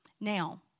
Now